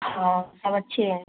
हाँ सब अच्छे हैं